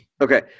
Okay